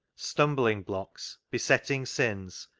stumbling blocks, besetting sins,